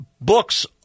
books